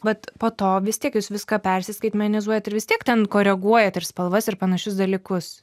vat po to vis tiek jūs viską persiskaitmenizuojat ir vis tiek ten koreguojat ir spalvas ir panašius dalykus